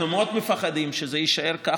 אנחנו מאוד מפחדים שזה יישאר ככה,